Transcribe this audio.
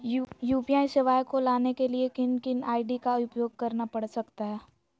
UPI सेवाएं को लाने के लिए किन किन आई.डी का उपयोग करना पड़ सकता है?